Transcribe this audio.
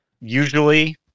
usually